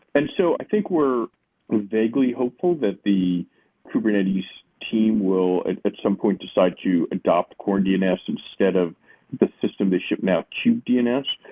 and so i think we're vaguely hopeful that the kubernetes team will at some point decide to adopt core dns instead of the system they ship now, cube dns.